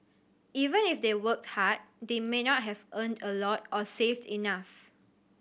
even if they worked hard they may not have earned a lot or saved enough